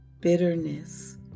bitterness